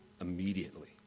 Immediately